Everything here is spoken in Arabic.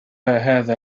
هذا